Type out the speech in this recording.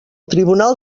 tribunal